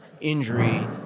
injury